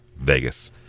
Vegas